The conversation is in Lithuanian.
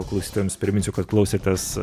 klausytojams priminsiu kad klausėtės